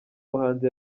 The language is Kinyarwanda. muhanzi